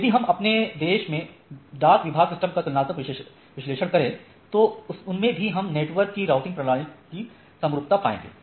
यदि हम अपने देश में डाक विभाग सिस्टम का तुलनात्मक विश्लेषण करें तो उनमें भी हम नेटवर्क की राउटिंग प्रणाली की समरूपता पाएंगे